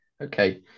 okay